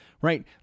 right